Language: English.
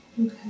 Okay